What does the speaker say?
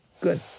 Good